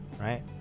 Right